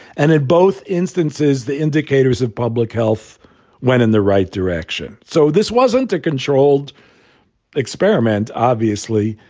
and in both instances, the indicators of public health went in the right direction. so this wasn't a controlled experiment, obviously,